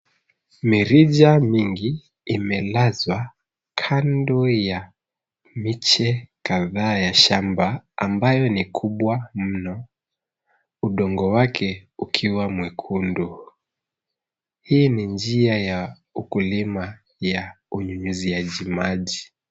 Mirija mingi imelazwa kando ya miche kadhaa ya shamba ambayo ni kubwa mno, udongo wake ukiwa mwekundu. Hii ni njia ya ukulima ya unyunyuziaji maji.